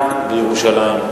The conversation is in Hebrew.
בנייה בירושלים.